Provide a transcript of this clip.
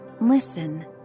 listen